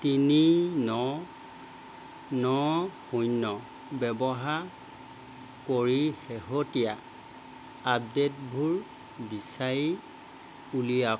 তিনি ন ন শূন্য ব্যৱহাৰ কৰি শেহতীয়া আপডে'টবোৰ বিচাৰি উলিওৱাক